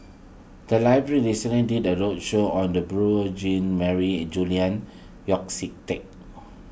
the library recently did a roadshow on the Beurel Jean Marie and Julian Yeo See Teck